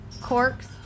corks